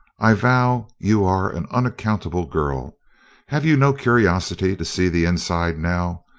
i vow you are an unaccountable girl have you no curiosity to see the inside now?